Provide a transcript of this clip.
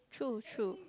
true true